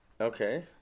Okay